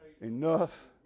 enough